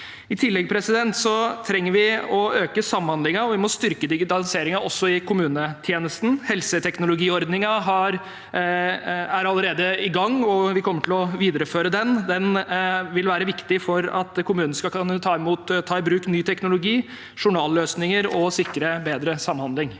I tillegg trenger vi å øke samhandlingen, og vi må styrke digitaliseringen også i kommunetjenesten. Helseteknologiordningen er allerede i gang, og vi kommer til å videreføre den. Den vil være viktig for at kommunen skal kunne ta i bruk ny teknologi og nye journalløsninger og sikre bedre samhandling.